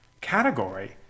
category